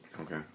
Okay